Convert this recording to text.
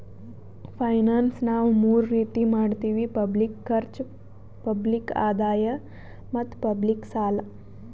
finance ನಾವ್ ಮೂರ್ ರೀತಿ ಮಾಡತ್ತಿವಿ ಪಬ್ಲಿಕ್ ಖರ್ಚ್, ಪಬ್ಲಿಕ್ ಆದಾಯ್ ಮತ್ತ್ ಪಬ್ಲಿಕ್ ಸಾಲ